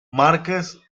márquez